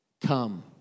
come